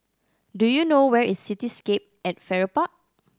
do you know where is Cityscape at Farrer Park